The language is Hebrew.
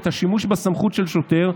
את השימוש בסמכות של שוטר,